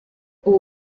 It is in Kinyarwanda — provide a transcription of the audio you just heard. ubu